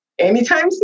anytime